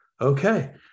okay